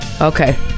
Okay